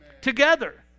together